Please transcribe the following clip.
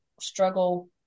struggle